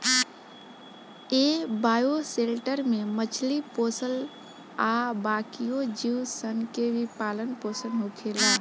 ए bioshelter में मछली पोसल आ बाकिओ जीव सन के भी पालन पोसन होखेला